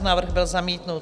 Návrh byl zamítnut.